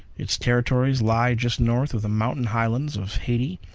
its territory lies just north of the mountain highlands of haiti,